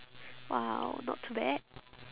!wow! not too bad